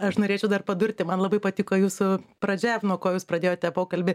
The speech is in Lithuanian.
aš norėčiau dar padurti man labai patiko jūsų pradžia nuo ko jūs pradėjote pokalbį